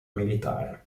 militare